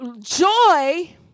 joy